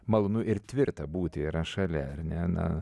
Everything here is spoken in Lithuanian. malonu ir tvirta būti yra šalia ar ne na